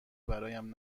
برایم